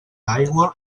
aigua